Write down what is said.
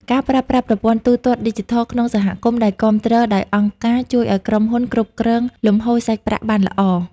ការប្រើប្រាស់ប្រព័ន្ធទូទាត់ឌីជីថលក្នុងសហគមន៍ដែលគាំទ្រដោយអង្គការ ជួយឱ្យក្រុមហ៊ុនគ្រប់គ្រងលំហូរសាច់ប្រាក់បានល្អ។